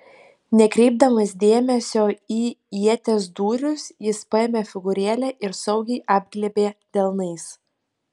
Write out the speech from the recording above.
nekreipdamas dėmesio į ieties dūrius jis paėmė figūrėlę ir saugiai apglėbė delnais